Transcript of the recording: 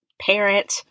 parent